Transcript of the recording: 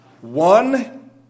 one